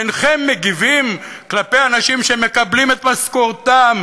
אינכם מגיבים כלפי אנשים שמקבלים את משכורתם